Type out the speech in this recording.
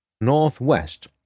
northwest